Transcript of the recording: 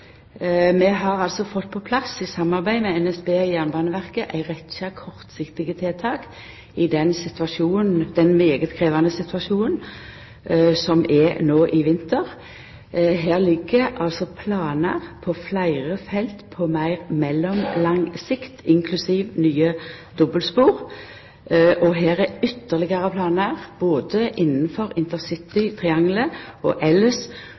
har i samarbeid med NSB og Jernbaneverket fått på plass ei rekkje kortsiktige tiltak i den veldig krevjande situasjonen som har vore i vinter. Her ligg det fleire planar på meir mellomlang sikt, inklusiv nye dobbeltspor, og ein har på lang sikt ytterlegare planar både innanfor intercitytrianglet og elles,